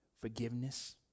Forgiveness